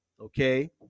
okay